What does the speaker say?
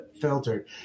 filtered